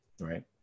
right